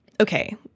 okay